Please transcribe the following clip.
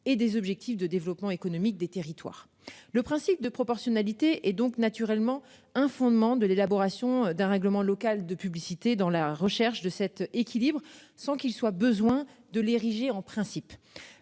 et des objectifs de développement économique des territoires. Le principe de proportionnalité et donc naturellement un fondement de l'élaboration d'un règlement local de publicité dans la recherche de cet équilibre sans qu'il soit besoin de l'ériger en principe